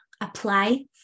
apply